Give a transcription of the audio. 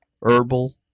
herbal